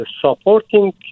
supporting